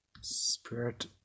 Spirit